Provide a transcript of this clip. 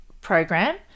program